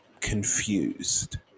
confused